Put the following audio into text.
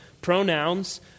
pronouns